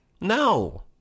No